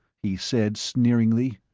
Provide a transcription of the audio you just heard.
he said sneeringly.